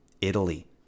Italy